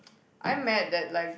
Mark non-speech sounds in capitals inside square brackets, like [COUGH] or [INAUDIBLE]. [NOISE] I'm mad that like